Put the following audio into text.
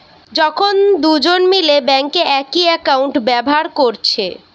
যখন দুজন মিলে বেঙ্কে একই একাউন্ট ব্যাভার কোরছে